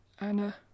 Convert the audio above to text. Anna